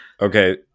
Okay